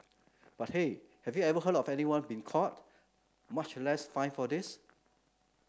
but hey have you ever heard of anyone being caught much less fined for this